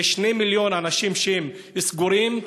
יש 2 מיליון אנשים שהם סגורים,